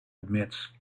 admits